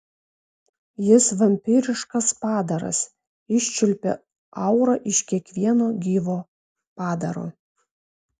jis vampyriškas padaras iščiulpia aurą iš kiekvieno gyvo padaro